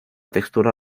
textura